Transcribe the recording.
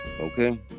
Okay